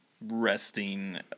resting